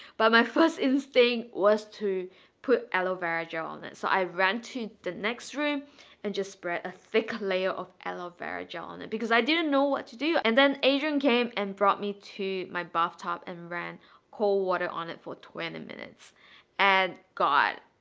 but my first instinct was to put aloe vera gel on it, so i ran to the next room and just spread a thick layer of aloe vera gel on it because i didn't know what to do, and then adrian came and brought me to my bathtub and ran cold water on it for twenty minutes and god.